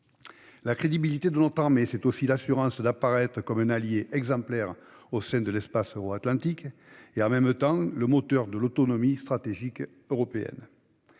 La crédibilité de notre armée, c'est aussi l'assurance d'apparaître comme un allié exemplaire au sein de l'espace euro-atlantique et d'être, en même temps, le moteur de l'autonomie stratégique européenne.